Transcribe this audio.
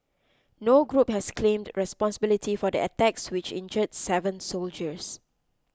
no group has claimed responsibility for the attacks which injured seven soldiers